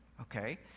okay